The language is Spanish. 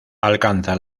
alcanza